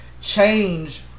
change